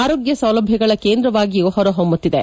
ಆರೋಗ್ಯ ಸೌಲಭ್ಯಗಳ ಕೇಂದ್ರವಾಗಿಯೂ ಹೊರಹೊಮ್ತುತ್ತಿದೆ